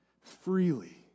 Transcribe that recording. freely